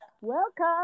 Welcome